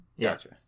Gotcha